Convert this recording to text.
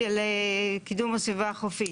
לקידום הסביבה החופית.